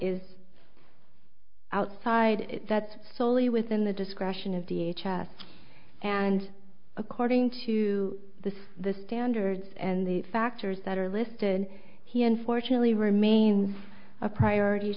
is outside that solely within the discretion of the h s and according to the the standards and the factors that are listed here unfortunately remains a priority